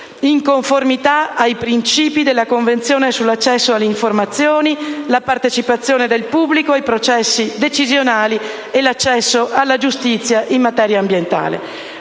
in conformità ai principi della Convenzione sull'accesso alle informazioni, la partecipazione del pubblico ai processi decisionali e l'accesso alla giustizia in materia ambientale.